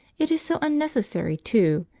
it is so unnecessary too,